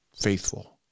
faithful